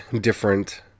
different